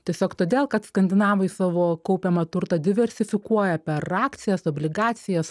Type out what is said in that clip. tiesiog todėl kad skandinavai savo kaupiamą turtą diversifikuoja per akcijas obligacijas